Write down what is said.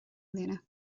mbliana